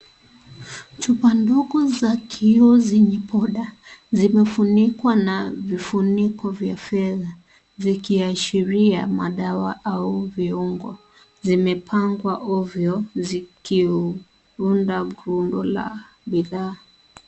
Chupa ndogo za kioo zenye powder zimefunikwa na vifuniko vya fedha, zikiashiria madawa au viungo. Zimepangwa ovyo zikiunda burundo la bidhaa.